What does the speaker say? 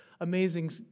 amazing